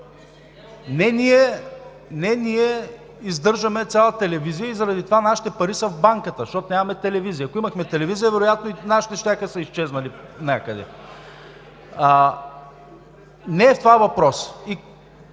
Не ние издържаме цяла телевизия. Затова нашите пари са в банката, защото нямаме телевизия. Ако имахме телевизия, вероятно и нашите щяха да са изчезнали някъде. Не е в това въпросът.